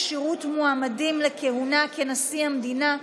כשירות מועמדים לכהונה כנשיא המדינה),